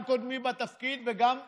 כסגן שר האוצר וגם קודמי בתפקיד, וגם היום,